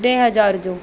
ॾह हज़ार जो